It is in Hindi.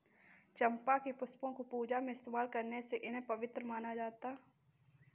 चंपा के पुष्पों को पूजा में इस्तेमाल करने से इसे पवित्र माना जाता